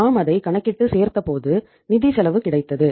நாம் அதை கணக்கிட்டு சேர்த்தபோது நிதி செலவு கிடைத்தது